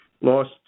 lost